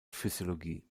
physiologie